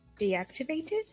deactivated